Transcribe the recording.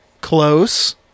Close